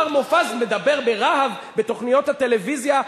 מר מופז מדבר ברהב בתוכניות הטלוויזיה,